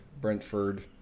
Brentford